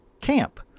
camp